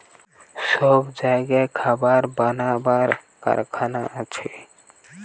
সব জাগায় খাবার বানাবার কারখানা আছে